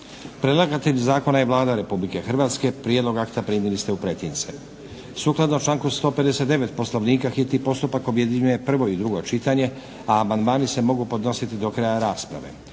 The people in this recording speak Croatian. Predlagatelj zakona je Vlada Republike Hrvatske. Prijedlog akta primili ste u pretince. Sukladno članku 159. Poslovnika hitni postupak objedinjuje prvo i drugo čitanje. Amandmani se mogu podnositi do kraja rasprave.